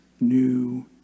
new